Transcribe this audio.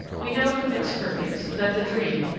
we know from experience that the dream,